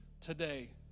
today